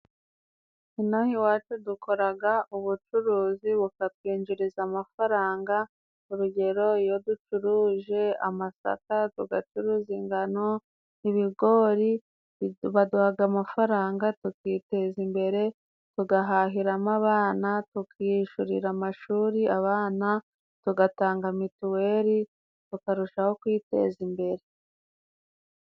Inaha iwacu dukoraga ubucuruzi bukatwinjiriza amafaranga. Urugero iyo ducuruje amasaka, tugacuruza ingano, ibigori baduhaga amafaranga tukiteza imbere , tugahahiramo abana, tukiyishyurira amashuri abana tugatanga mituweli tukarushaho kwiteza imbere.